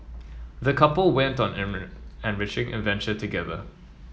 the couple went on an enriching adventure together